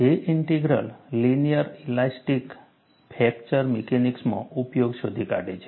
J integral linear elastic fracture મિકેનિક્સમાં ઉપયોગ શોધી કાઢે છે